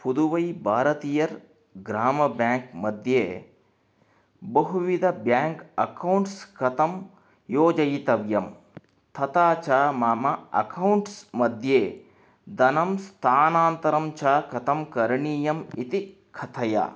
Puduvai Bharathiyar Grama Bank मध्ये बहुविध bank accounts कथं योजयितव्यं तथा च मम अक्कौण्ट्स् मध्ये धनं स्थानान्तरं च कथं करणीयम् इति कथय